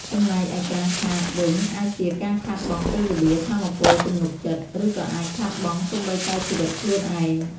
ចំណែកឯការ "ខាត" វិញ អាចជាការខាតបង់ពេលវេលា ថាមពល ទំនុកចិត្ត ឬក៏អាចខាតបង់សូម្បីតែជីវិតខ្លួនឯង។